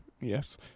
yes